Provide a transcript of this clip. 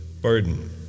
burden